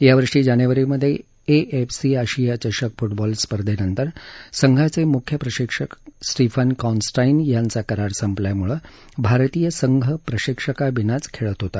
या वर्षी जानेवारीमध्ये ए एफ सी आशिया चषक फुटबॉल स्पर्धेनंतर संघाचे मुख्य प्रशिक्षक स्टीफन कॉन्स्टन्टाईन यांचा करार संपल्यामुळे भारतीय संघ प्रशिक्षकाविनाच खेळत होता